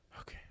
Okay